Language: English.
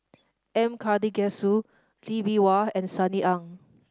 M Karthigesu Lee Bee Wah and Sunny Ang